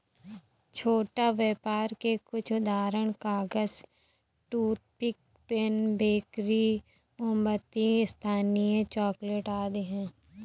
छोटा व्यापर के कुछ उदाहरण कागज, टूथपिक, पेन, बेकरी, मोमबत्ती, स्थानीय चॉकलेट आदि हैं